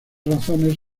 razones